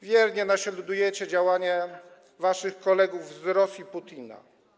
Wiernie naśladujecie działanie waszych kolegów z Rosji Putina.